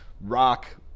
rock